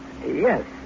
Yes